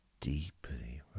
deeply